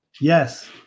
Yes